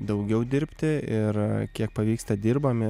daugiau dirbti ir kiek pavyksta dirbame